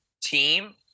team